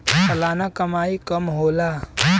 सलाना कमाई कम होला